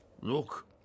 Look